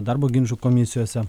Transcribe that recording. darbo ginčų komisijose